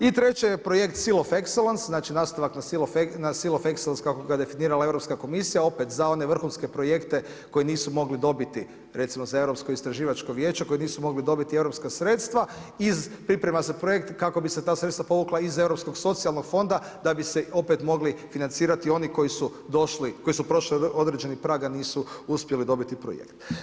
I treće je projekt … znači nastavak na … kako ga definirala Europska komisija, opet za one vrhunske projekte koji nisu mogli dobiti recimo za europsko istraživačko vijeće, koje nisu mogli dobiti europska sredstva, iz priprema se projekt kako bi se ta sredstva povukla iz europskog socijalnog fonda da bi se opet mogli financirati oni koji su prošli određeni prag a nisu uspjeli dobiti projekt.